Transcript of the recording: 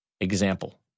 Example